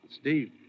Steve